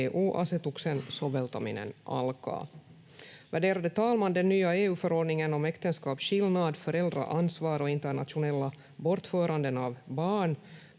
EU-asetuksen soveltaminen alkaa. Värderade talman! Den nya EU-förordningen om äktenskapsskillnad, föräldraansvar och internationella bortföranden av barn